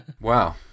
Wow